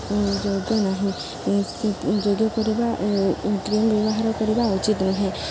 ଯୋଗ୍ୟ ନାହିଁ ଯୋଗ୍ୟ କରିବା କ୍ରିମ୍ ବ୍ୟବହାର କରିବା ଉଚିତ୍ ନୁହେଁ